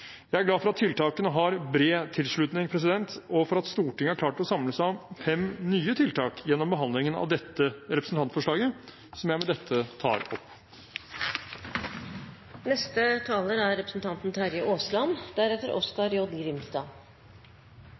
Jeg er glad for at tiltakene har bred tilslutning, og for at Stortinget har klart å samle seg om fem nye tiltak gjennom behandlingen av dette representantforslaget. Jeg anbefaler hermed innstillingen. Aller først en liten visitt til foregående taler, hvor han avslutningsvis sier at det er